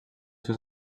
seus